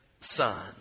Son